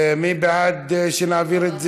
מי בעד שנעביר את זה,